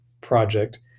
project